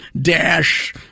Dash